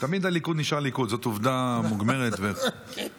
תמיד הליכוד נשאר ליכוד, זאת עובדה מוגמרת ומוכחת.